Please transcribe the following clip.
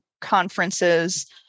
conferences